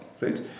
right